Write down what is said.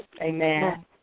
Amen